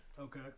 Okay